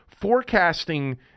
forecasting